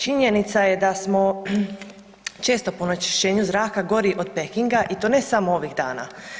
Činjenica je da smo često po onečišćenju zraka gori od Pekinga i to ne samo ovih dana.